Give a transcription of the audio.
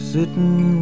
Sitting